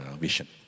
vision